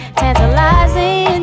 tantalizing